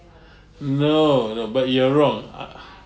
no no but you are wrong ah